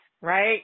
right